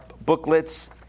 booklets